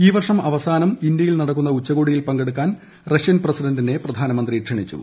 ഈ വർഷം അവസാനം ഇന്ത്യയിൽ നടക്കുന്ന ഉച്ചകോടിയിൽ പങ്കെടുക്കാൻ റഷ്യൻ പ്രസിഡന്റിനെ പ്രധാനമന്ത്രി ക്ഷണിച്ചു